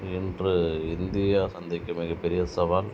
இன்று இந்தியா சந்திக்கும் மிக பெரிய சவால்